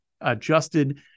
adjusted